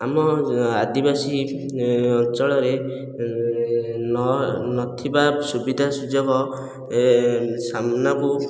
ଆମ ଆଦିବାସୀ ଅଞ୍ଚଳରେ ନ ନଥିବା ସୁବିଧା ସୁଯୋଗ ସାମ୍ନାକୁ